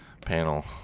panel